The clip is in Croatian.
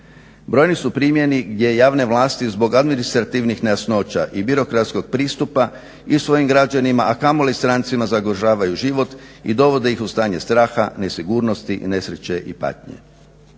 Brojni su primjeri gdje javne vlasti zbog administrativnih nejasnoća i birokratskog pristupa i svojim građanima, a kamoli strancima ugrožavaju život i dovode ih u stanje straha, nesigurnosti, nesreće i patnje.